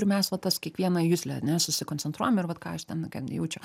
ir mes va tas kiekvieną juslę ane susikoncentruojam ir va ką aš ten jaučiu